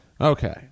Okay